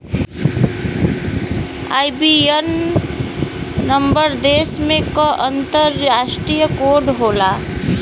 IBAN number में देश क अंतरराष्ट्रीय कोड होला